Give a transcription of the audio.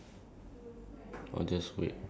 should I call them or something